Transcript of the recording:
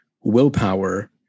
Willpower